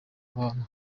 abantu